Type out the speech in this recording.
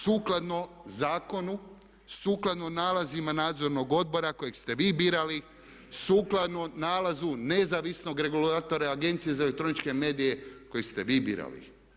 Sukladno zakonu, sukladno nalazima Nadzornog odbora kojeg ste vi birali, sukladno nalazu nezavisnog regulatora Agencije za elektroničke medije koje ste vi birali.